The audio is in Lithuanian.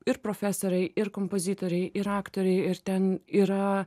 ir profesoriai ir kompozitoriai ir aktoriai ir ten yra